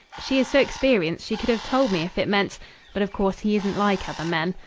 she is so experienced she could have told me if it meant but, of course, he isn't like other men!